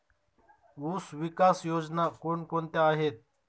ऊसविकास योजना कोण कोणत्या आहेत?